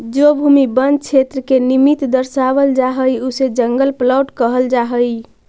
जो भूमि वन क्षेत्र के निमित्त दर्शावल जा हई उसे जंगल प्लॉट कहल जा हई